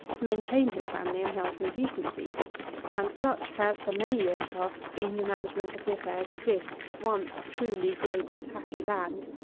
to maintain his family in health and decency and such has, for many years past, been the management of the affairs of this once truly great and happy land.